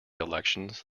elections